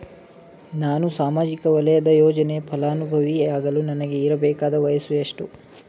ನಾನು ಸಾಮಾಜಿಕ ವಲಯದ ಯೋಜನೆಯ ಫಲಾನುಭವಿ ಯಾಗಲು ನನಗೆ ಇರಬೇಕಾದ ವಯಸ್ಸು ಎಷ್ಟು?